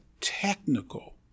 technical